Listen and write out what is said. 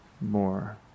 more